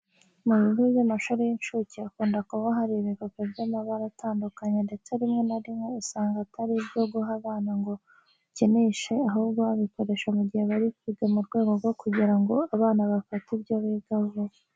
Mu bigo by'amashuri y'incuke hakunda kuba hari ibipupe by'amabara atandukanye ndetse rimwe na rimwe usanga atari ibyo guha abana ngo babikinishe, ahubwo bikoreshwa mu gihe bari kwiga mu rwego rwo kugira ngo abana bafate ibyo biga vuba.